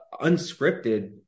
unscripted